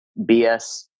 BS